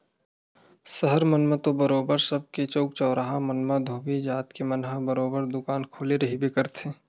सहर मन म तो बरोबर सबे चउक चउराहा मन म धोबी जात के मन ह बरोबर दुकान खोले रहिबे करथे